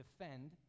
defend